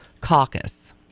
Caucus